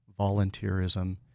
volunteerism